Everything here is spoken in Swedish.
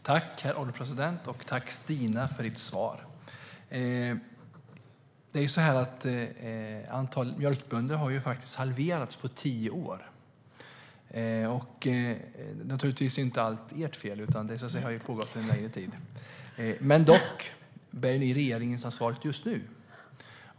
Herr ålderspresident! Tack, Stina, för svaret! Antalet mjölkbönder har halverats på tio år. Naturligtvis är inte allt ert fel. Det har pågått under en längre tid. Men ni bär regeringsansvaret just nu.